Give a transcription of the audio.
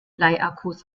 bleiakkus